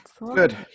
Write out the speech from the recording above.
Good